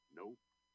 nope